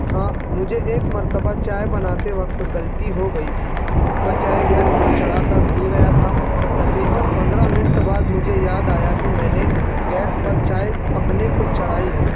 ہاں مجھے ایک مرتبہ چائے بناتے وقت غلطی ہو گئی تھی میں چائے گیس پر چڑھا کر بھول گیا تھا تقریباً پندرہ منٹ بعد مجھے یاد آیا کہ میں نے گیس پر چائے پکنے کو چڑھائی ہے